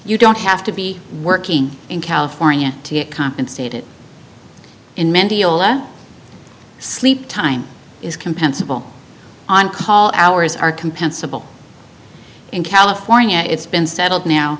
you don't have to be working in california to get compensated in mendiola sleep time is compensable on call hours are compensable in california it's been settled now